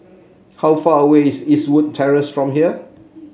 how far away is Eastwood Terrace from here